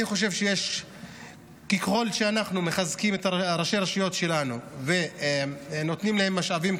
אני חושב שככל שאנחנו מחזקים את ראשי הרשויות שלנו ונותנים להם משאבים,